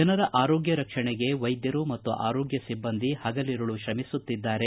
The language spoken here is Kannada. ಜನರ ಆರೋಗ್ಡ ರಕ್ಷಣೆಗೆ ವೈದ್ಯರು ಮತ್ತು ಆರೋಗ್ಯ ಸಿಬ್ಬಂದಿ ಹಗಲಿರುಳು ಶ್ರಮಿಸುತ್ತಿದ್ದಾರೆ